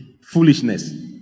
Foolishness